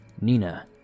nina